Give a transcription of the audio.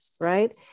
right